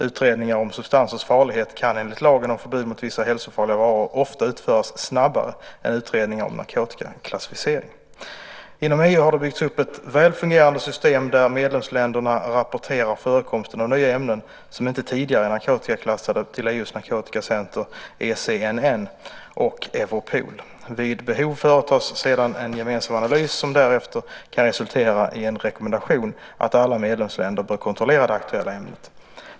Utredningar om substansers farlighet kan enligt lagen om förbud mot vissa hälsofarliga varor ofta utföras snabbare än utredningar om narkotikaklassificering. Inom EU har det byggts upp ett väl fungerande system där medlemsländerna rapporterar förekomsten av nya ämnen som inte tidigare är narkotikaklassade till EU:s narkotikacenter ECNN och Europol. Vid behov företas sedan en gemensam analys som därefter kan resultera i en rekommendation att alla medlemsländer bör kontrollera det aktuella ämnet.